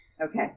Okay